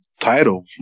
Title